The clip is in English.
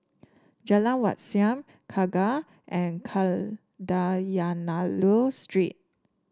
Jalan Wat Siam Kangkar and Kadayanallur Street